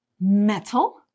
Metal